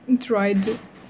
tried